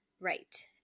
Right